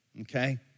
okay